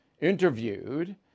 interviewed